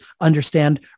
understand